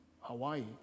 Hawaii